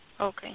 Okay